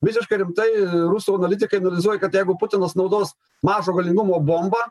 visiškai rimtai rusų analitikai analizuoja kad jeigu putinas naudos mažo galingumo bombą